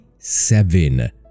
seven